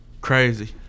Crazy